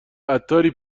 عطاری